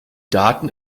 daten